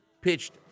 pitched